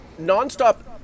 nonstop